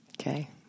Okay